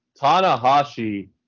Tanahashi